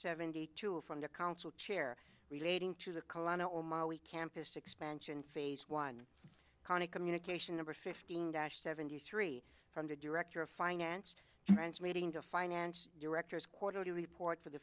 seventy two from the council chair relating to the kalina campus expansion phase one kani communication number fifteen dash seventy three from the director of finance transmitting to finance directors quarterly report for the